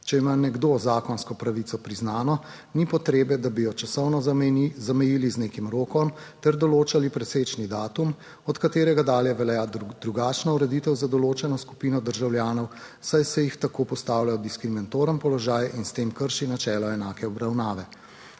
Če ima nekdo zakonsko pravico priznano, ni potrebe, da bi jo časovno zamejili z nekim rokom ter določali presečni datum, od katerega dalje velja drugačna ureditev za določeno skupino državljanov, saj se jih tako postavlja v diskriminatoren položaj in s tem krši načelo enake obravnave.